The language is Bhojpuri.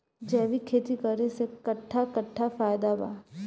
जैविक खेती करे से कट्ठा कट्ठा फायदा बा?